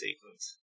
sequence